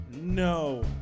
no